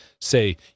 say